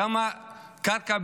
כמה קרקע,